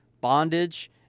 bondage